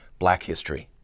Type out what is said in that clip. blackhistory